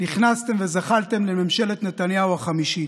נכנסתם וזחלתם לממשלת נתניהו החמישית,